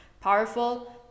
powerful